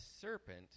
serpent